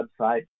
website